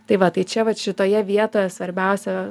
tai va tai čia vat šitoje vietoje svarbiausia